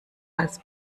als